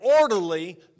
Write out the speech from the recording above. orderly